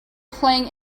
playing